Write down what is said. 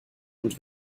und